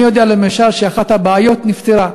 אני יודע, למשל, שאחת הבעיות נפתרה.